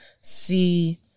see